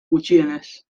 gutxienez